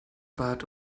bat